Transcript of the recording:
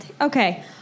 Okay